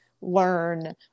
learn